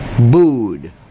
booed